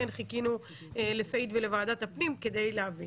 כן חיכינו לסעיד ולוועדת הפנים כדי להביא.